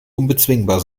unbezwingbar